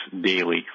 daily